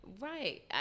Right